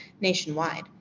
nationwide